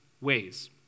ways